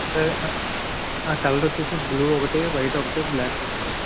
ఇక్కడ ఆ కలర్ వచ్చేసి బ్లూ ఒకటి వైట్ ఒకటి బ్లాక్ ఒకటి సార్